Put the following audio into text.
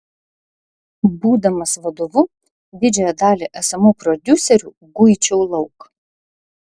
būdamas vadovu didžiąją dalį esamų prodiuserių guičiau lauk